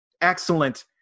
excellent